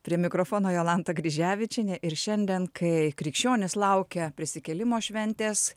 prie mikrofono jolanta kryževičienė ir šiandien kai krikščionys laukia prisikėlimo šventės